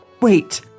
Wait